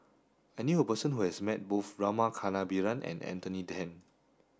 I knew a person who has met both Rama Kannabiran and Anthony Then